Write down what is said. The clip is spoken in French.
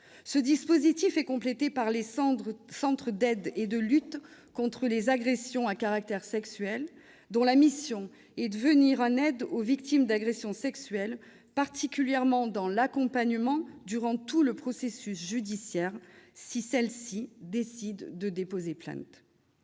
Ce dispositif est complété par les centres d'aide et de lutte contre les agressions à caractère sexuel, dont la mission est de venir en aide aux victimes d'agressions sexuelles, particulièrement en les accompagnant durant tout le processus judiciaire si elles décident de déposer une plainte.